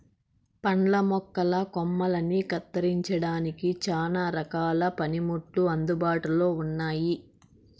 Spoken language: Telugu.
పండ్ల మొక్కల కొమ్మలని కత్తిరించడానికి చానా రకాల పనిముట్లు అందుబాటులో ఉన్నయి